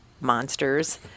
monsters